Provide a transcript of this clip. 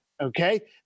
Okay